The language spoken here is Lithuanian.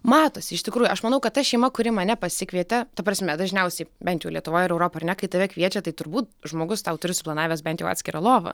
matosi iš tikrųjų aš manau kad ta šeima kuri mane pasikvietė ta prasme dažniausiai bent jau lietuvoj europoj ar ne kai tave kviečia tai turbūt žmogus tau turi suplanavęs bent jau atskirą lovą